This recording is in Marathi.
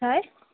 काय